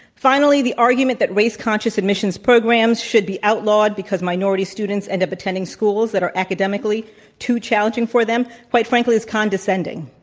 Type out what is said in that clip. finally, the argument that race conscious admissions programs should be outlawed because minority students end up attending schools that are academically to o challenging for them quite frankly is condescending.